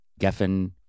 Geffen